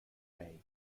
ray